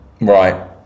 Right